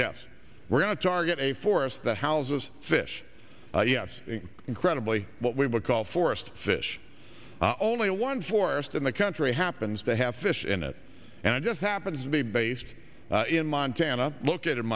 yes we're going to target a forest the houses fish yes incredibly what we would call forest fish only one forest in the country happens to have fish in it and it just happens to be based in montana lo